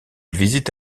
visite